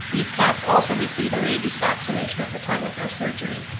these cats also receive a rabies vaccination at the time of their surgery.